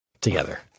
together